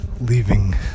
leaving